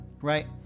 right